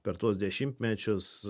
per tuos dešimtmečius